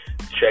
check